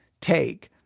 take